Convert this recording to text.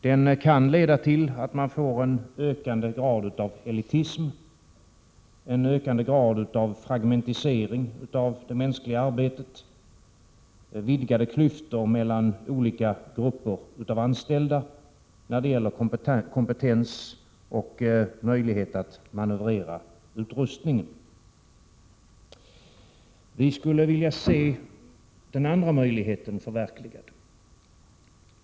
Den kan leda till att man får en ökande grad av elitism och en ökande grad av fragmentisering av det mänskliga arbetet och till vidgade klyftor mellan olika grupper av anställda när det gäller kompetens och möjlighet att manövrera utrustningen. Vi skulle vilja se den andra möjligheten förverkligad.